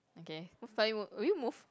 okay most likely will will you move